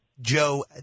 Joe